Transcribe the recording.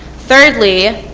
thirdly,